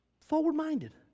forward-minded